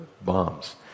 bombs